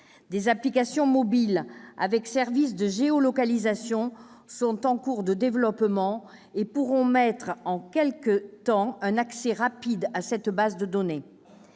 Des applications mobiles avec service de géolocalisation sont en cours de développement et pourront permettre dans quelque temps un accès rapide à cette base de données.